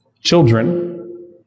children